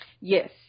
Yes